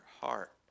heart